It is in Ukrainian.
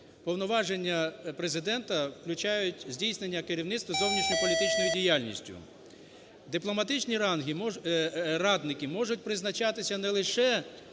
повноваження Президента включають здійснення керівництва зовнішньополітичною діяльністю. Дипломатичні ранги можуть... радники можуть призначатися не лише